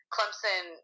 Clemson